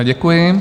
Děkuji.